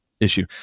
issue